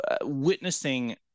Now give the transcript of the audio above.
witnessing